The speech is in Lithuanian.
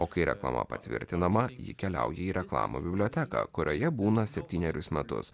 o kai reklama patvirtinama ji keliauja į reklamų biblioteką kurioje būna septynerius metus